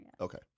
Okay